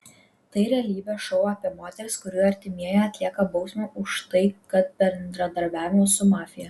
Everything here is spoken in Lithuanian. tai realybės šou apie moteris kurių artimieji atlieka bausmę už tai kad bendradarbiavo su mafija